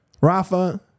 Rafa